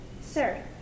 Sir